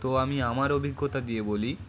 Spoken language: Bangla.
তো আমি আমার অভিজ্ঞতা দিয়ে বলি